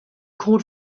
called